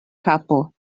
kapo